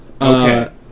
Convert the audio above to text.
Okay